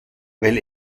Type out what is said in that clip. weil